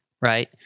right